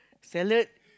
salad